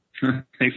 Thanks